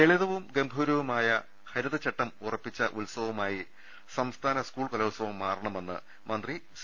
ലളിതവും ഗംഭീരവുമായ ഹരിതചട്ടം ഉറപ്പിച്ച ഉത്സവമായി സംസ്ഥാന സ്കൂൾ കലോത്സവം മാറണമെന്ന് മന്ത്രി സി